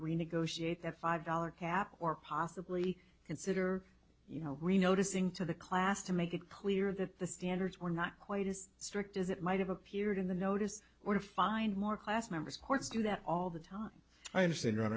renegotiate a five dollar cap or possibly consider you know reno to sing to the class to make it clear that the standards were not quite as strict as it might have appeared in the notice or to find more class members courts do that all the time i understand